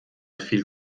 viel